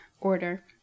order